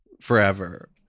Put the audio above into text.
forever